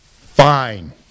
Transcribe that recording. fine